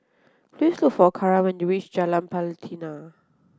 please look for Karan when you reach Jalan Pelatina